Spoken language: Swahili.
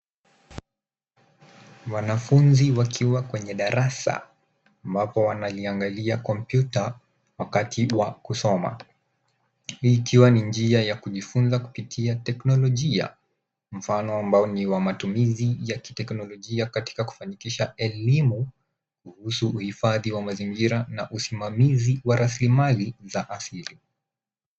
Wanafunzi wakiwa kwenye darasa ambapo wanaiangalia kompyuta wakati wa kusoma hii ikiwa ni njia ya kujifunza kupitia teknolojia mfano ambao ni wa matumizi ya kiteknolojia katika kufanikisha elimu kuhusu uhifadhi wa mazingira na usimamizi wa raslimali za asili.